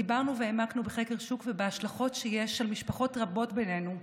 דיברנו והעמקנו בחקר שוק ובהשלכות שיש על משפחות בינינו,